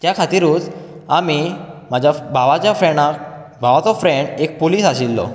त्या खातीरूच आमी म्हाज्या भावाच्या फ्रेन्डाक भावाचो फ्रेन्ड एक पुलिस आशिल्लो